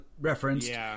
referenced